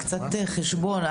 קצת חשבון.